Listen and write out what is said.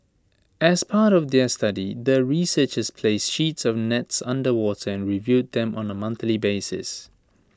as part of their study the researchers placed sheets of nets underwater and reviewed them on A monthly basis